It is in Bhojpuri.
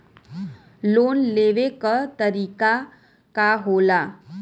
लोन लेवे क तरीकाका होला?